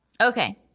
okay